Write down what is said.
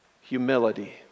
Humility